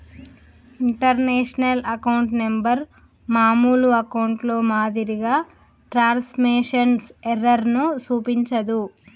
international account number మామూలు అకౌంట్లో మాదిరిగా ట్రాన్స్మిషన్ ఎర్రర్ ను చూపించదు